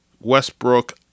Westbrook